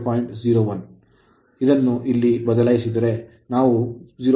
01 ಆದ್ದರಿಂದ ನಾವು 0